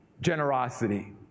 generosity